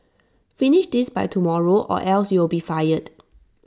finish this by tomorrow or else you'll be fired